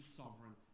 sovereign